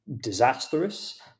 disastrous